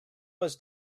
was